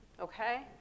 okay